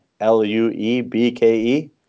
L-U-E-B-K-E